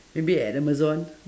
maybe at amazon